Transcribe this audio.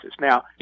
Now